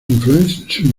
infancia